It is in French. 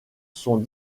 sont